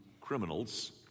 criminals